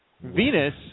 Venus